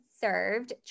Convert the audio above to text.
served